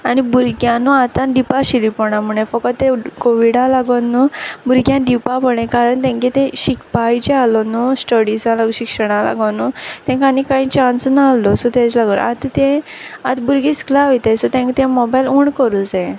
आनी भुरग्यां न्हू आतां दिवपा शिरी पोडना फोकोत ते कोवीडा लागोन न्हू भुरग्यां दिवपा पोडलें कारण तेंगे तें शिकपा हेजेर आहलो न्हू स्टडीजां लागून शिक्षणा लागोनू तेंक आनी कांय चान्सू ना आहलो सो तेज लागोन आंत तें आंत भुरगीं इस्कला वोयताय सो तेंक ते मोबायल उण कोरूं जाये